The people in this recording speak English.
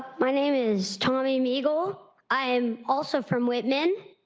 my name is tommy nagel. i'm also from whitman.